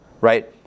right